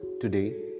Today